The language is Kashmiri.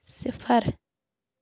صِفر